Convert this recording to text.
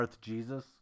Jesus